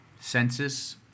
census